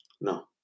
No